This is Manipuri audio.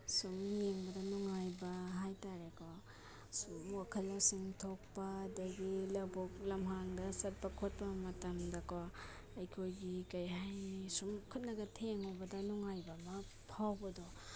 ꯁꯨꯝ ꯌꯦꯡꯕꯗ ꯅꯨꯡꯉꯥꯏꯕ ꯍꯥꯏꯇꯔꯦꯀꯣ ꯁꯨꯝ ꯋꯥꯈꯜ ꯂꯧꯁꯤꯡ ꯊꯣꯛꯄ ꯑꯗꯒꯤ ꯂꯧꯕꯨꯛ ꯂꯝꯍꯥꯡꯗ ꯆꯠꯄ ꯈꯣꯠꯄ ꯃꯇꯝꯗꯀꯣ ꯑꯩꯈꯣꯏꯒꯤ ꯀꯔꯤ ꯍꯥꯏꯅꯤ ꯁꯨꯝ ꯈꯨꯠꯅꯒ ꯊꯦꯡꯉꯨꯕꯗ ꯅꯨꯡꯉꯥꯏꯕ ꯑꯃ ꯐꯥꯎꯕꯗꯣ